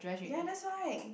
ya that's why